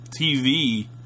tv